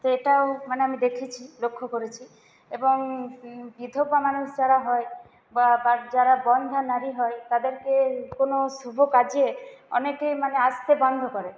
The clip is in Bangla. তো এটাও মানে আমি দেখেছি লক্ষ্য করেছি এবং বিধবা মানুষ যারা হয় বা বা যারা বন্ধ্যা নারী হয় তাদেরকে কোনো শুভ কাজে অনেকে মানে আসতে বন্ধ করে